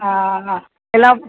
எல்லா